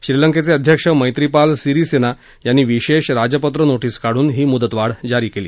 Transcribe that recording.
श्रीलंकेचे अध्यक्ष मैत्रिपाल सिरिसेना यांनी विशेष राजपत्र नोरिझ काढून ही मुदतवाढ जाहीर केली